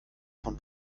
von